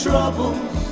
Troubles